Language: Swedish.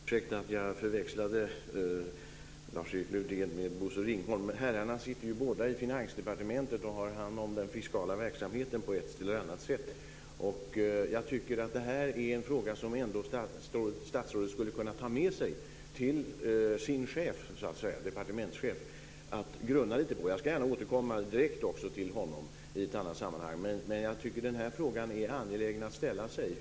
Fru talman! Jag ber om ursäkt för att jag förväxlade Lars-Erik Lövdén med Bosse Ringholm. Men herrarna sitter ju båda i Finansdepartementet och har hand om den fiskala verksamheten på ett eller annat sätt. Jag tycker att detta är en fråga som statsrådet skulle kunna ta med sig till sin departementschef för att grunna lite på. Jag ska gärna också direkt återkomma till honom i ett annat sammanhang. Den här frågan är angelägen att ställa sig.